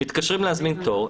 מתקשרים להזמין תור.